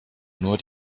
nur